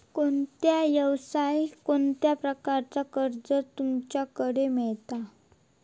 कोणत्या यवसाय कोणत्या प्रकारचा कर्ज तुमच्याकडे मेलता?